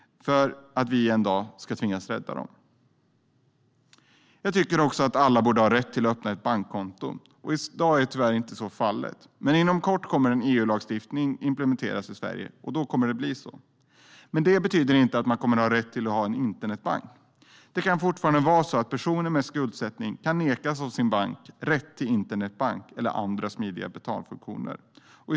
Alla borde ha rätt att öppna ett bankkonto. I dag är så inte fallet. Men inom kort kommer en EU-lagstiftning att implementeras i Sverige, och då kommer det att bli så. Det betyder dock inte att man kommer att ha rätt till internetbank. Fortfarande kommer personer med skuldsättning att kunna nekas rätt till internetbank eller andra smidiga betalfunktioner av sin bank.